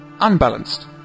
unbalanced